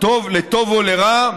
לטוב או לרע,